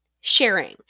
sharing